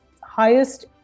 highest